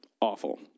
awful